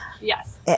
Yes